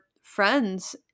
friends